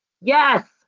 yes